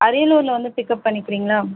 அறியலூரில் வந்து பிக்கப் பண்ணிக்கிறீங்களா